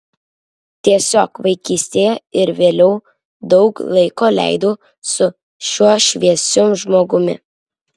tiesiog vaikystėje ir vėliau daug laiko leidau su šiuo šviesiu žmogumi